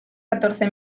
catorce